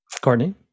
Courtney